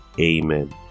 Amen